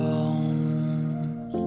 Bones